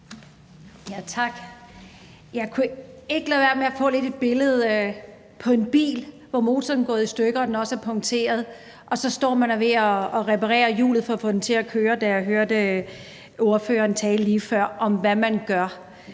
Jeg kunne ikke undgå lidt at få et billede af en bil, hvis motor er gået i stykket, og som også er punkteret, og man så står og er ved at reparere hjulet for at få den til at køre, da jeg hørte ordføreren lige før tale om, hvad man gør,